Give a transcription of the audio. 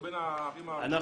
אנחנו בין הערים המסודרות.